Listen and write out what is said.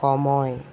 সময়